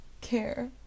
care